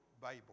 Bible